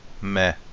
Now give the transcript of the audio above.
Meh